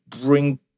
bring